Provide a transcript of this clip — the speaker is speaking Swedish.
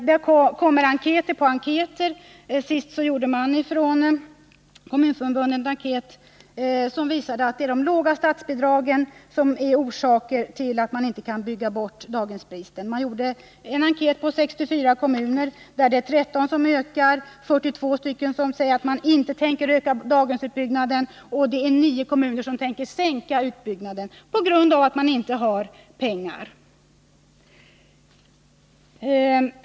Den senaste enkäten från Kommunförbundet visar att det är statsbidragens låga nivå som är orsaken till att kommunerna inte kan bygga bort daghemsbristen. Det är fråga om en enkät i 64 kommuner. Av dem redovisar 13 att de avser att öka daghemsutbyggnaden, 42 att de inte tänker göra det och 9 att de planerar att minska utbyggnaden på grund av att de inte har tillräckligt med pengar.